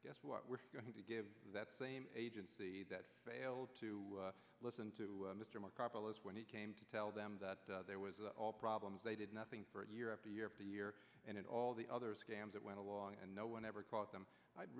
guess what we're going to give that same agency that failed to listen to mr mcardle as when he came to tell them that there was all problems they did nothing for a year after year after year and all the other scams that went along and no one ever caught